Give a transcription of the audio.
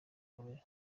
bahakora